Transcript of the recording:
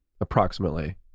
approximately